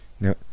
Now